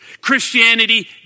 Christianity